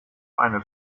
eine